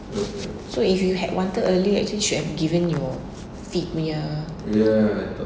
so if you had wanted early actually should have given your feet punya